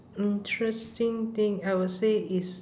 interesting thing I would say is